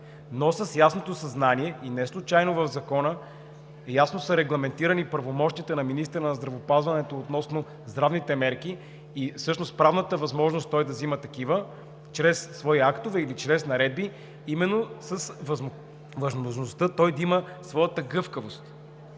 но с ясното съзнание и неслучайно в Закона ясно са регламентирани правомощията на министъра на здравеопазването относно здравните мерки и правната възможност той да взема такива чрез свои актове или чрез наредби, именно с възможността той да има своята гъвкавост.